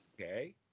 okay